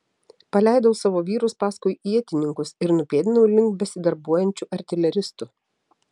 paleidau savo vyrus paskui ietininkus ir nupėdinau link besidarbuojančių artileristų